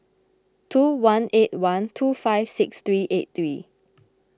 two one eight one two five six three eight three